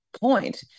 point